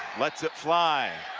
lets it fly.